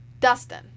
Dustin